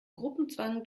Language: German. gruppenzwang